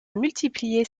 multiplier